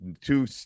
two